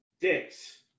Dicks